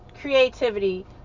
creativity